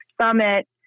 Summit